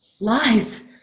lies